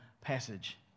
passage